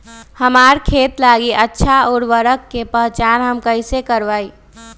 हमार खेत लागी अच्छा उर्वरक के पहचान हम कैसे करवाई?